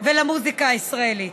ולמוזיקה הישראלית.